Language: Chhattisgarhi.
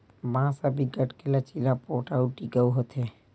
बांस ह बिकट के लचीला, पोठ अउ टिकऊ होथे